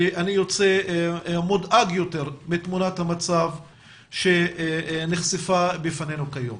שאני יוצא מודאג יותר מתמונת המצב שנחשפה בפנינו כיום.